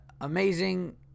amazing